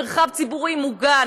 מרחב ציבורי מוגן.